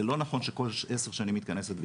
זה לא נכון שכל עשר שנים מתכנסת ועידה.